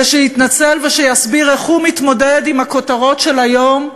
ושיתנצל ושיסביר איך הוא מתמודד עם הכותרות של היום,